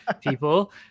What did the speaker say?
people